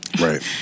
Right